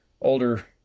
older